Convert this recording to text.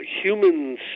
humans